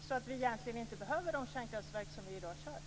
Då behöver vi egentligen inte de kärnkraftverk som i dag är i drift.